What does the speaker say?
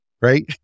right